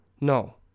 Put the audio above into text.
No